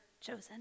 chosen